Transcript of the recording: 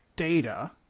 data